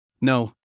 No